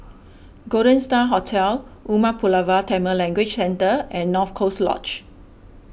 Golden Star Hotel Umar Pulavar Tamil Language Centre and North Coast Lodge